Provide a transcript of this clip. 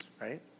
right